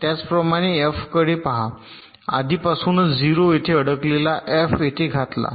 त्याचप्रमाणे एफ कडे पहा आधीपासूनच 0 येथे अडकलेला एफ येथे घातला